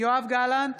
יואב גלנט,